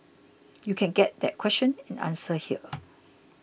you can get the question and answer here